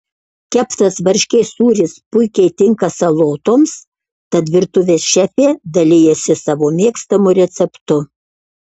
keptas varškės sūris puikiai tinka salotoms tad virtuvės šefė dalijasi savo mėgstamu receptu